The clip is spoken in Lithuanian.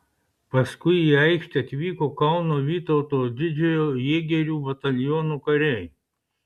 paskui į aikštę atvyko kauno vytauto didžiojo jėgerių bataliono kariai